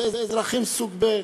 זה אזרחים סוג ב'.